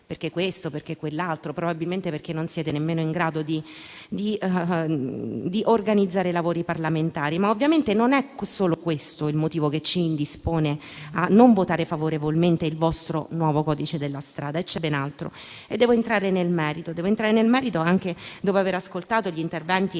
e questo perché probabilmente non siete nemmeno in grado di organizzare i lavori parlamentari. Ovviamente non è solo questo il motivo che ci indispone a votare favorevolmente il vostro nuovo codice della strada: c'è ben altro. Devo entrare nel merito anche dopo aver ascoltato gli interventi